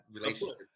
relationship